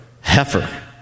heifer